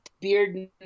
beard